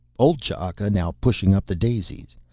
old ch'aka now pushing up the daisies.